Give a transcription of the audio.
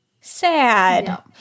Sad